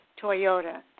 Toyota